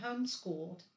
homeschooled